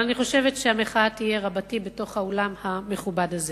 אבל אני חושבת שתהיה מחאה רבתי בתוך האולם המכובד הזה.